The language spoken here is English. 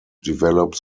develop